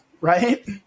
right